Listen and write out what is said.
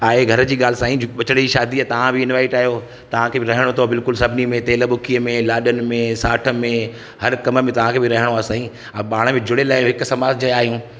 आहे घर जी ॻाल्हि साईं ॿचिड़े जी शादी आहे तव्हां बि इनवाईत आहियो तव्हां खे बि रहणो अथव बिलकुलु सभिनी में तेल ॿुकीअ में लाॾनि में साठनि में हर कम में तव्हां खे बि रहणो आहे साईं अ पाण में जुड़ियलु आहियूं हिकु समाज जा आहियूं